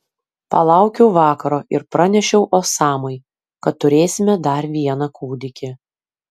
palaukiau vakaro ir pranešiau osamai kad turėsime dar vieną kūdikį